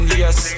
yes